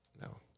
no